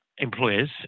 employers